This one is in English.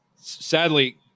Sadly